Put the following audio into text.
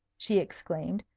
she exclaimed,